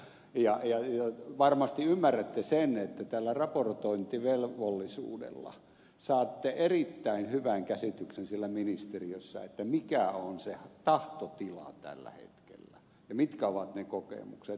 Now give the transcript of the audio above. ja varmasti ymmärrätte sen että tämän raportointivelvollisuuden avulla saatte erittäin hyvän käsityksen siellä ministeriössä mikä on se tahtotila tällä hetkellä ja mitkä ovat ne kokemukset